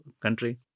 country